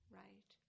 right